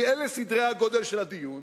כי אלה סדרי הגודל של הדיון,